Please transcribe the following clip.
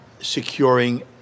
securing